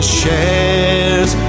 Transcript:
shares